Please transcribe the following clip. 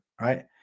right